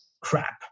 crap